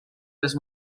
les